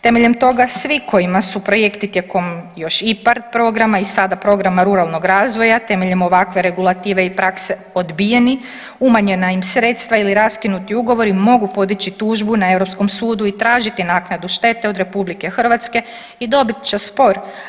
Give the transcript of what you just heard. Temeljem toga svi kojima su projekti tijekom još IPARD programa i sada Programa ruralnog razvoja temeljem ovakve regulative i prakse odbijeni umanjena im sredstva ili raskinuti ugovori mogu podići tužbu na Europskom sudu i tražiti naknadu štete od RH i dobit će spor.